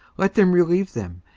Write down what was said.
let them relieve them,